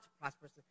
prosperous